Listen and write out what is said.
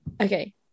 okay